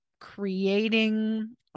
creating